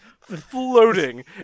floating